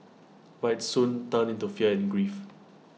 but IT soon turned into fear and grief